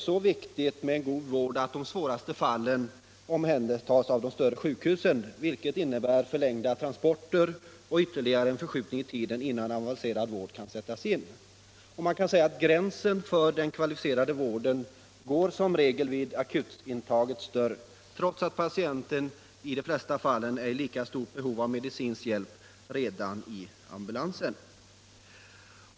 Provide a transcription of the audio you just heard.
så viktigt med en god vård att de svåraste fallen omhändertas endast på de större sjukhusen, vilket medför förlängda transporter och ytterligare förskjutning i tiden innan en avancerad vård kan sättas in. Man kan säga att gränsen för den kvalificerade vården som regel går vid akutmottagningens dörr, trots att patienten i de flesta fall är i lika stort behov av medicinsk hjälp redan i ambulansen.